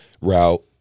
route